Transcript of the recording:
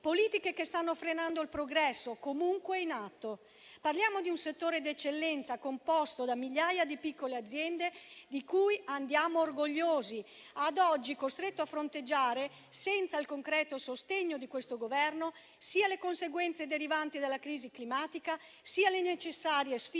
politiche che stanno frenando il progresso comunque in atto. Parliamo di un settore di eccellenza composto da migliaia di piccole aziende, di cui andiamo orgogliosi, ad oggi costretto a fronteggiare, senza il concreto sostegno di questo Governo, sia le conseguenze derivanti dalla crisi climatica, sia le necessarie sfide